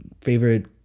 favorite